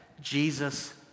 Jesus